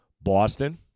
Boston